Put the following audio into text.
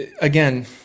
Again